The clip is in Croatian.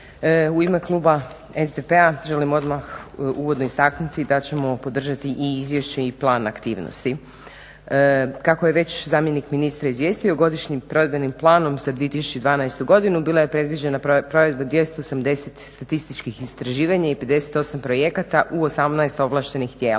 U ime kluba SDP-a želim odmah uvodno istaknuti da ćemo podržati i izvješće i plan aktivnosti. Kako je već zamjenik ministra izvijestio Godišnjim provedbenim planom za 2012. godinu bila je predviđena provedba 280 statističkih istraživanja i 58 projekata u 18 ovlaštenih tijela.